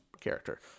character